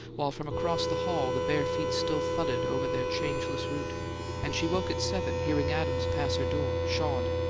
while from across the hall the bare feet still thudded over their changeless route and she woke at seven, hearing adams pass her door, shod.